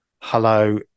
hello